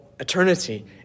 eternity